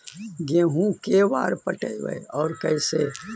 गेहूं के बार पटैबए और कैसे?